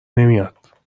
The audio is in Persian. نمیاد